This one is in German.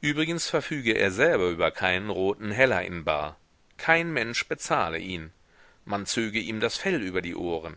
übrigens verfüge er selber über keinen roten heller in bar kein mensch bezahle ihn man zöge ihm das fell über die ohren